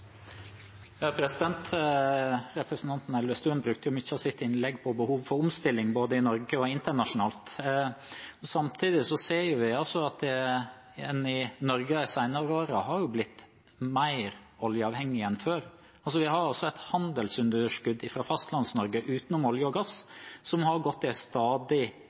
Representanten Elvestuen brukte mye av sitt innlegg på behov for omstilling, både i Norge og internasjonalt. Samtidig ser vi at man i Norge de senere årene har blitt mer oljeavhengig enn før. Vi har et handelsunderskudd fra Fastlands-Norge utenom olje og gass som har gått i en stadig